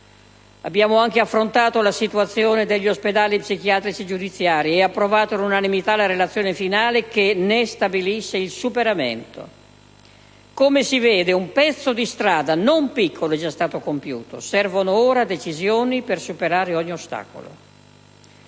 Abbiamo anche affrontato la situazione degli ospedali psichiatrici giudiziari e approvato all'unanimità la relazione finale che ne stabilisce il superamento. Come si vede, un pezzo di strada non piccolo è già stato compiuto; servono ora decisioni per superare ogni ostacolo.